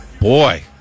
Boy